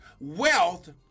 wealth